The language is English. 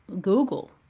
Google